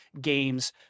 games